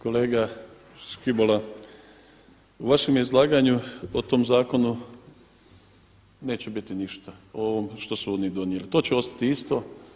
Kolega Škibola, o vašem izlaganju u tom zakonu neće biti ništa o ovome što su oni donijeli, to će ostati isto.